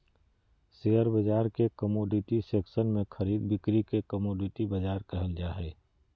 share बाजार के commodity section में खरीद बिक्री के कमोडिटी बाजार कहल जा हइ